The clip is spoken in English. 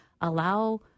allow